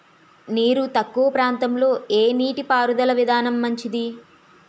నీరు తక్కువ ప్రాంతంలో ఏ నీటిపారుదల విధానం మంచిది?